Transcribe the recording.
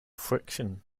friction